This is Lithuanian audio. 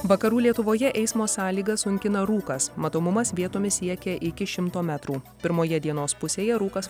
vakarų lietuvoje eismo sąlygas sunkina rūkas matomumas vietomis siekia iki šimto metrų pirmoje dienos pusėje rūkas